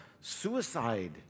suicide